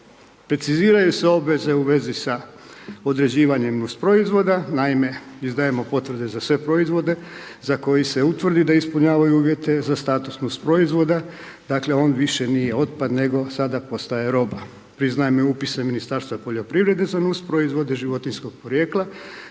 Preciziraju se obveze u vezi sa određivanjem nus proizvoda. Naime, izdajemo potvrde za sve proizvode za koji se utvrdi da ispunjavaju uvjete za statusnost proizvoda, dakle, on više nije otpad, nego sada postaje roba. Priznaje mi upise Ministarstva poljoprivrede za nus proizvode životinjskog podrijetla